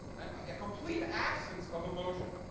and a complete absence of emotion,